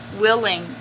willing